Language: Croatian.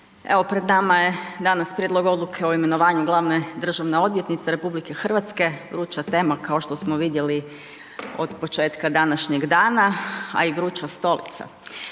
evo pred nama je danas Prijedlog Odluke o imenovanju glavne državne odvjetnice RH, vruća tema kao što smo vidjeli od početka današnjeg dana, a i vruća stolica.